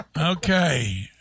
Okay